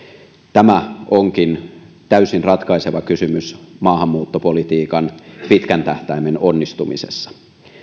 tämä onkin täysin ratkaiseva kysymys maahanmuuttopolitiikan pitkän tähtäimen onnistumisessa